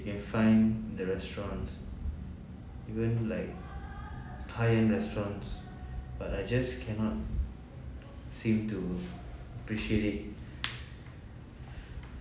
you find in the restaurants even like thai restaurants but I just cannot seem to appreciate it